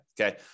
okay